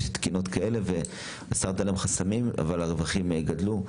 יש תקינות כאלה והסרת להם חסמים אבל הרווחים גדלו.